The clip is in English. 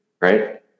right